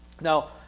Now